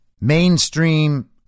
mainstream